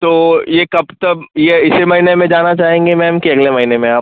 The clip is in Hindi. तो ये कब तब ये इसी महीने में जाना चाहेंगी मैम कि अगले महीने में आप